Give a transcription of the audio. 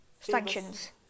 Sanctions